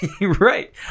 Right